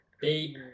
Baby